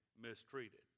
mistreated